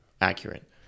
accurate